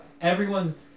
Everyone's